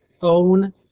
own